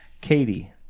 Katie